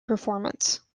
performance